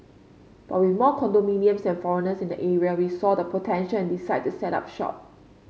but with more condominiums and foreigners in the area we saw the potential and decide to set up shop